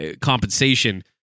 compensation